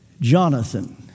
Jonathan